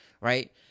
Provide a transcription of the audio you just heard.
right